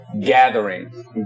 gathering